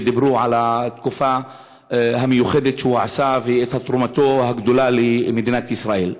ודיברו על התקופה המיוחדת שהוא עשה ועל תרומתו הגדולה למדינת ישראל.